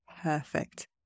perfect